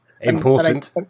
important